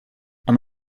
i’m